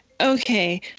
Okay